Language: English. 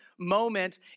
moment